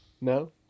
No